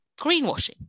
greenwashing